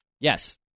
Yes